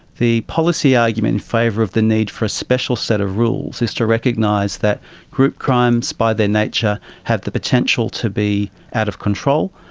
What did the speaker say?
the policy argument in favour of the need for a special set of rules is to recognise that group crimes by their nature have the potential to be out of control,